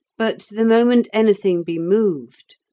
but the moment anything be moved,